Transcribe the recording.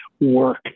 work